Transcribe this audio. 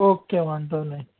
okay વાંધો નઈ